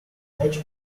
hedge